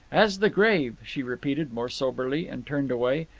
as the grave she repeated more soberly, and turned away,